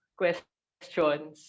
questions